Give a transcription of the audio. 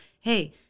hey